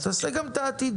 אז תעשה גם את העתידי.